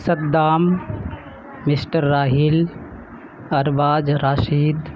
Saddam mister Raheel Arbaz Rashid